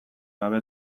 gabe